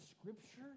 Scripture